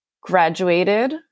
graduated